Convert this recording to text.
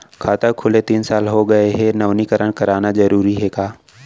खाता खुले तीन साल हो गया गये हे नवीनीकरण कराना जरूरी हे का?